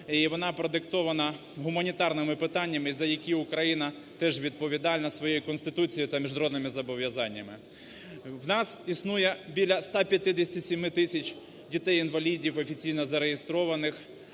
і вона продиктована гуманітарними питаннями, за які Україна теж відповідальна своєю Конституцією та міжнародними зобов'язаннями. У нас існує біля 157 тисяч дітей-інвалідів офіційно зареєстрованих,